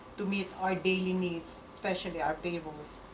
to meet our daily needs, especially our payrolls.